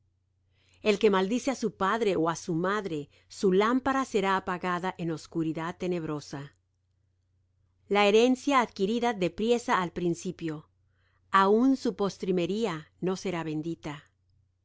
el que maldice á su padre ó á su madre su lámpara será apagada en oscuridad tenebrosa la herencia adquirida de priesa al principio aun su postrimería no será bendita